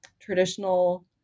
traditional